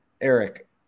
Eric